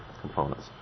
components